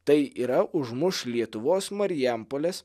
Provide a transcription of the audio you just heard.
tai yra užmuš lietuvos marijampolės